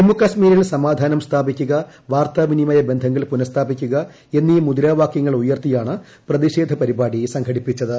ജമ്മുകാശ്മീരിൽ സമാധാനം സ്ഥാപിക്കുക വാർത്താവിനിമയബന്ധങ്ങൾ പുനഃസ്ഥാപിക്കുക എന്നീ മുദ്രാവാകൃങ്ങൾ ഉയർത്തിയാണ് പ്രതിഷേധ പരിപാടി സംഘടിപ്പിച്ചത്